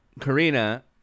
Karina